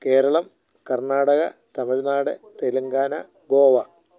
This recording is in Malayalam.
കേരളം കർണാടക തമിഴ്നാട് തെലുങ്കാന ഗോവ